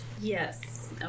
Yes